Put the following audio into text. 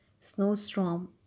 snowstorm